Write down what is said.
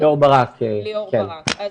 אז בבקשה,